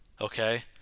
okay